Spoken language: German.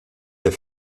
der